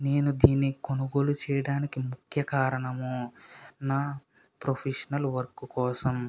నేను దీన్ని కొనుగోలు చేయడానికి ముఖ్య కారణమూ నా ప్రొఫెషనల్ వర్క్ కోసం